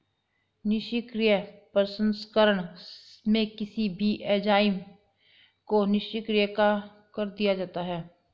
निष्क्रिय प्रसंस्करण में किसी भी एंजाइम को निष्क्रिय कर दिया जाता है